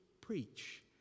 preach